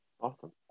Awesome